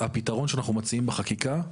הפתרון שאנחנו מציעים בחקיקה,